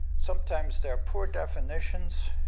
sometimes they're poor definitions.